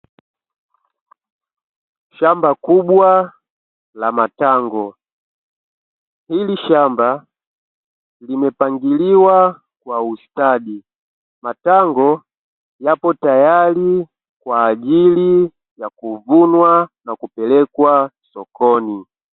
Shamba kubwa la matango. Hili shamba limepangiliwa kwa ustadi, matango yapo tayari kwa ajili ya kuvunwa na kupelekwa sokoni.